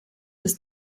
des